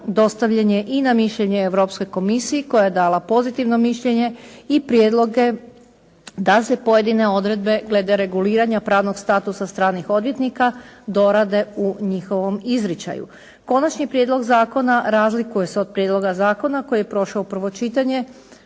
dostavljen je i na mišljenje europskoj komisiji koja je dala pozitivno mišljenje i prijedloge da se pojedine odredbe glede reguliranja pravnog statusa stranih odvjetnika dorade u njihovom izričaju. Konačni prijedlog zakona razlikuje se od prijedloga zakona koji je prošao prvo čitanje